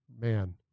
man